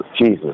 Jesus